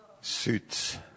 suits